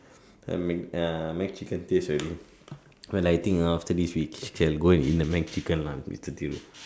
uh the McChicken taste already well I think after this we can go and eat the McChicken lah